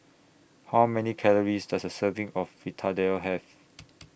How Many Calories Does A Serving of Fritada Have